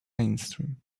mainstream